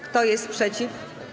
Kto jest przeciw?